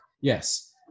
Yes